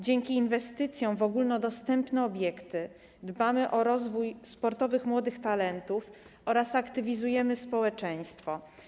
Dzięki inwestycjom w ogólnodostępne obiekty dbamy o rozwój sportowych młodych talentów oraz aktywizujemy społeczeństwo.